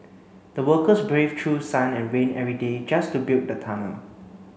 the workers braved through sun and rain every day just to build the tunnel